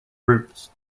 roots